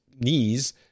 knees